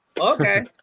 Okay